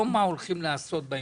לא מה הולכים לעשות בהמשך.